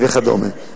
וכדומה.